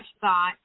thought